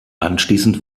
anschließend